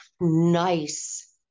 nice